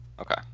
Okay